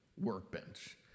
workbench